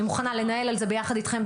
אני מוכנה לנהל על זה ביחד איתכם,